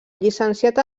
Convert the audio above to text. llicenciat